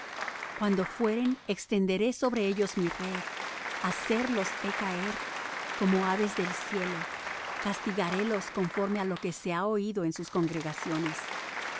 cuando fueren extenderé sobre ellos mi red hacerlos he caer como aves del cielo castigarélos conforme á lo que se ha oído en sus congregaciones